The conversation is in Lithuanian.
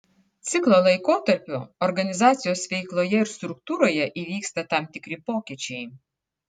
ciklo laikotarpiu organizacijos veikloje ir struktūroje įvyksta tam tikri pokyčiai